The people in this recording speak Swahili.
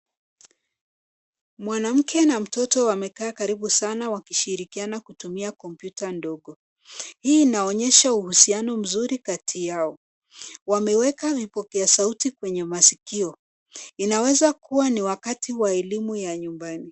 Mwanamke na mtoto wamekaa karibu sana wakishirikiana kutumia kompyuta ndogo. Hii inaonyesha uhusiano mzuri kati yao. Wameweka vipokea sauti kwenye maskio, inaweza kuwa ni wakati wa elimu ya nyumbani.